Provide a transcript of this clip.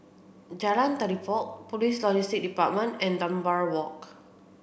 Jalan Telipok Police Logistics Department and Dunbar Walk